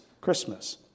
Christmas